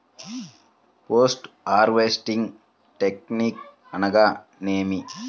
Post harvesting technique అనగా నేమి?